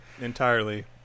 Entirely